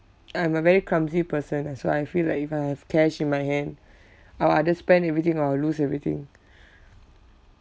I'm a very clumsy person and so I feel like if I have cash in my hand uh I'll just spend everything or I'll lose everything